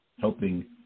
helping